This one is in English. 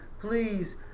Please